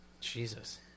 Jesus